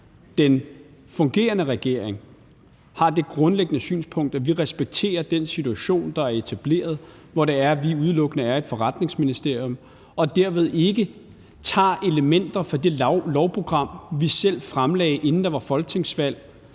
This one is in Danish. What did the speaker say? Den fungerende regering har det grundlæggende synspunkt, at vi respekterer den situation, der er etableret, nemlig at vi udelukkende er et forretningsministerium og dermed ikke tager elementer fra det lovprogram, vi selv fremlagde inden folketingsvalget,